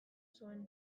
zuen